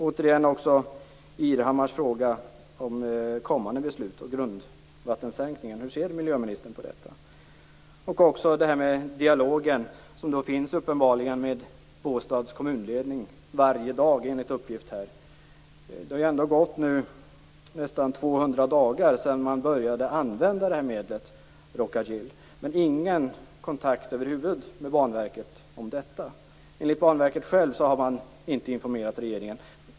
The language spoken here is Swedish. Ingbritt Irhammar ställde en fråga om kommande beslut och om grundvattensänkningen. Hur ser miljöministern på detta? Det finns enligt uppgift uppenbarligen en dialog varje dag med Båstads kommunledning. Det har gått nästan 200 dagar sedan man började använda Rhoca Gil, men det har över huvud taget inte tagits någon kontakt med Banverket om detta. Enligt Banverket självt har man inte informerat regeringen.